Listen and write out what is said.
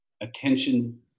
attention